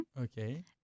okay